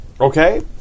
Okay